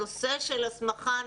הנושא של הסמכה,